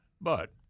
But-